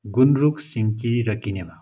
गुन्द्रुक सिन्की र किनेमा